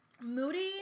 Moody